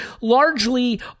largely